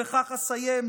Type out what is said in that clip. ובכך אסיים,